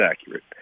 accurate